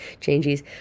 changes